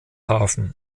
hafen